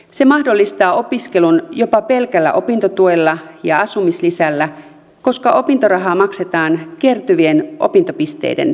se mahdollistaa opiskelun jopa pelkällä opintotuella ja asumislisällä koska opintorahaa maksetaan kertyvien opintopisteiden mukaan